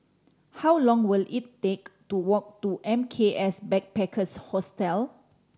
how long will it take to walk to M K S Backpackers Hostel